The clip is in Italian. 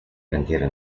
cantiere